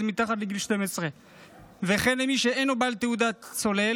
מתחת לגיל 12 וכן על מי שאינו בעל תעודת צולל.